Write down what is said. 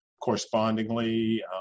correspondingly